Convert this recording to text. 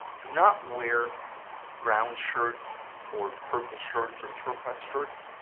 do not wear brown shirts or purple shirts or turquoise shirts,